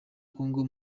congo